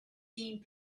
being